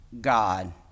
God